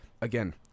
again